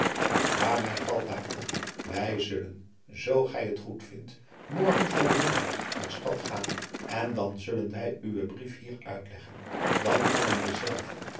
maar mij valt daar in wij zullen zoo gij het goedvindt morgen voor den middag naar stad gaan en dan adriaan loosjes pzn het leven van hillegonda buisman zullen wij uwen brief hier uitleggen dan kan hem dezelve